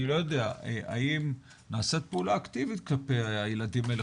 אני לא יודע: האם נעשית פעולה אקטיבית כלפי הילדים האלה?